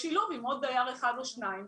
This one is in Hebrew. לשילוב עם עוד דייר אחד או שניים,